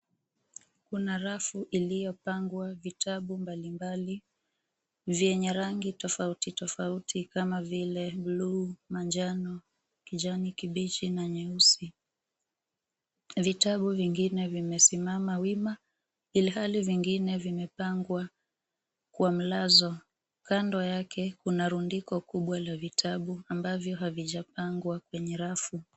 Kuna rafu iliyopangwa vitabu mbalimbali vyenye rangi tofautitofauti kama vile buluu, manjano, kijani kibichi, na nyeusi. Vitabu vingine vimesimama wima ilhali vingine vimepangwa kwa mlazo. Kando yake, kuna rundiko kubwa la vitabu ambavyo havijapangwa kwenye rafu